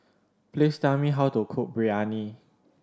please tell me how to cook Biryani